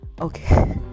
Okay